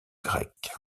grecque